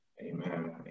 Amen